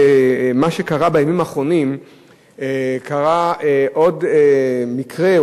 בימים האחרונים קרה עוד מקרה,